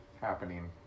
happening